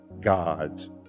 God's